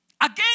Again